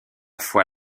fois